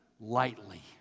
lightly